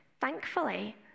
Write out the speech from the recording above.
Thankfully